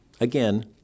Again